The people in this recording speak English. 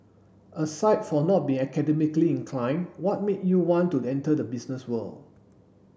aside from not being academically inclined what made you want to enter the business world